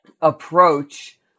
approach